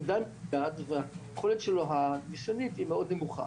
הוא דל בדעת והיכולת הניסויית שלו היא מאד נמוכה.